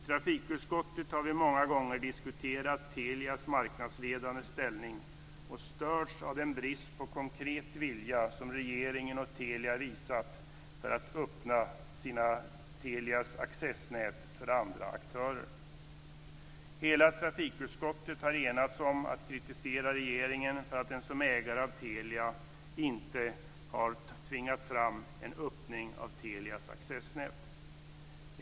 I trafikutskottet har vi många gånger diskuterat Telias marknadsledande ställning och störts av den brist på konkret vilja som regeringen och Telia visat för att öppna Telias accessnät för andra aktörer. Hela trafikutskottet har enats om att kritisera regeringen för att den som ägare av Telia inte har tvingat fram en öppning av Telias accessnät.